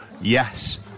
yes